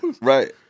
Right